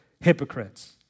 hypocrites